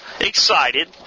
excited